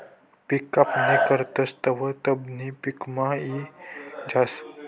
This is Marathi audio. पिक कापणी करतस तवंय तणबी पिकमा यी जास